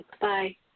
Bye